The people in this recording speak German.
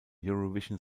eurovision